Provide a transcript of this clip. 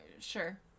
sure